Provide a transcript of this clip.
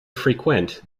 frequent